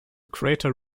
crater